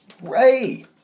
Ray